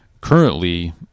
Currently